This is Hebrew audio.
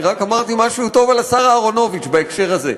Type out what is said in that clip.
אני רק אמרתי משהו טוב על השר אהרונוביץ בהקשר הזה.